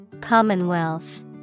Commonwealth